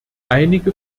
einige